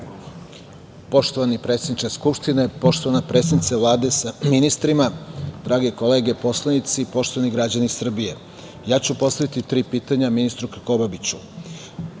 Poštovani predsedniče Skupštine, poštovana predsednice Vlade sa ministrima, drage kolege poslanici, poštovani građani Srbije, ja ću postaviti tri pitanja ministru Krkobabiću. Prema